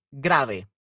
grave